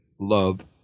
love